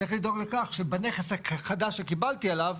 צריך לדאוג לכך שבנכס החדש שקיבלתי עליו,